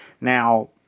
Now